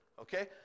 Okay